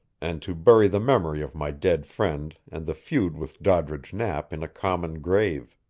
and to bury the memory of my dead friend and the feud with doddridge knapp in a common grave.